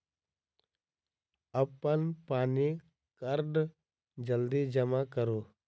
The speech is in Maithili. अप्पन पानि कार्ड जल्दी जमा करू?